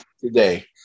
today